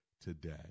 today